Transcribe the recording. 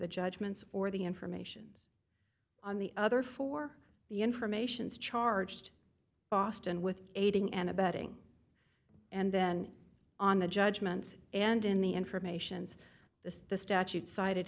the judgments or the informations on the other for the informations charged boston with aiding and abetting and then on the judgments and in the informations the the statute cited